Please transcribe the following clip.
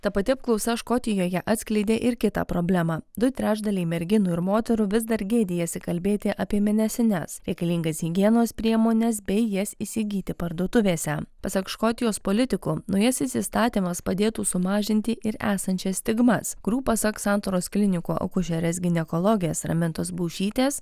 ta pati apklausa škotijoje atskleidė ir kitą problemą du trečdaliai merginų ir moterų vis dar gėdijasi kalbėti apie mėnesines reikalingas higienos priemones bei jas įsigyti parduotuvėse pasak škotijos politikų naujasis įstatymas padėtų sumažinti ir esančias stigmas kurių pasak santaros klinikų akušerės ginekologės ramintos baušytės